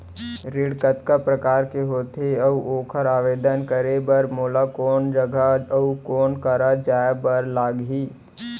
ऋण कतका प्रकार के होथे अऊ ओखर आवेदन करे बर मोला कोन जगह अऊ कोन करा जाए बर लागही?